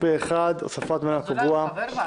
הבקשה התקבלה פה אחד והוספת ממלא מקום קבוע אושרה.